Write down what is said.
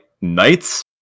knights